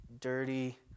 dirty